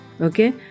Okay